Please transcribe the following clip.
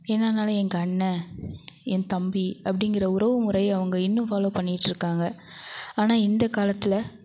என்ன ஆனாலும் எங்கள் அண்ணன் என் தம்பி அப்படிங்கிற உறவுமுறையை அவங்க இன்னும் ஃபாலோ பண்ணிகிட்டு இருக்காங்க ஆனால் இந்த காலத்தில்